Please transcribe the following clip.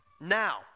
Now